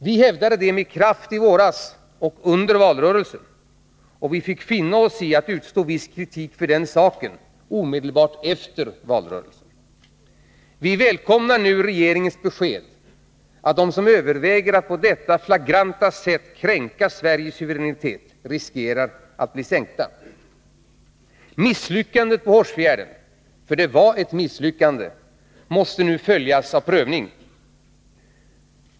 Vi hävdade det med kraft i våras och under valrörelsen, och vi fick finna oss i att utstå viss kritik för den saken — omedelbart efter valrörelsen. Vi välkomnar nu regeringens besked att de som överväger att på detta flagranta sätt kränka Sveriges suveränitet riskerar att bli sänkta. Misslyckandet på Hårsfjärden — för det var ett misslyckande — måste nu följas av prövning.